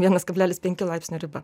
vienas kablelis penki laipsnio riba